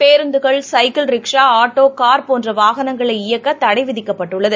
பேருந்துகள் cycle rickshaw auto car போன்றவாகனங்களை இயக்கதடைவிதிக்கப்பட்டுள்ளது